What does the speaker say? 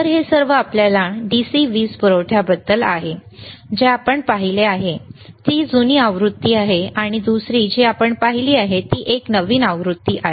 तर हे सर्व आपल्या DC वीज पुरवठ्याबद्दल आहे जे आपण पाहिले आहे ती जुनी आवृत्ती आहे आणि दुसरी जी आपण पाहिली आहे ती एक नवीन आवृत्ती आहे